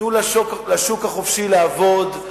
תנו לשוק החופשי לעבוד,